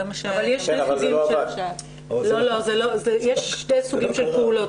זה מה ש- -- יש שני סוגים של פעולות.